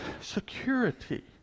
security